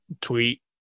tweet